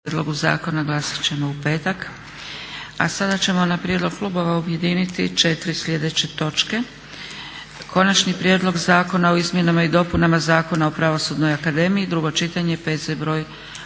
**Zgrebec, Dragica (SDP)** A sada ćemo na prijedlog klubova objediniti 4 sljedeće točke. - Konačni prijedlog zakona o izmjenama i dopunama Zakona o Pravosudnoj akademiji, drugo čitanje, P.Z. br.